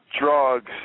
drugs